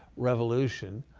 revolution.